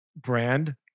brand